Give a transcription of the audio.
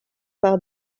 par